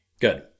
Good